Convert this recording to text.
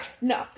no